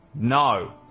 No